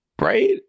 right